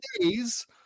days